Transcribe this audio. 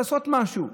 לעשות משהו.